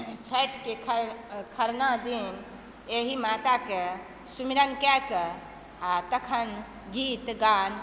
छठिके खरना दिन एहि माताके सुमिरन कएकऽ आ तखन गीत गान